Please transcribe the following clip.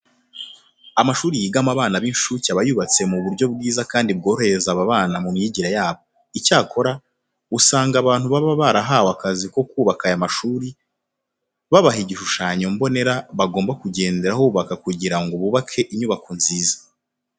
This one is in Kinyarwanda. Amashuri yigamo abana b'inshuke aba yubatse mu buryo bwiza kandi bworohereza aba bana mu myigire yabo. Icyakora, usanga abantu baba barahawe akazi ko kubaka aya mashuri, babaha igishushanyo mbonera bagomba kugenderaho bubaka kugira ngo bubake inyubako nziza.